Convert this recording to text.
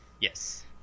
Yes